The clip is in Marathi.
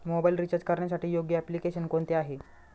मोबाईल रिचार्ज करण्यासाठी योग्य एप्लिकेशन कोणते आहे?